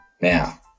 Now